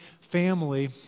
family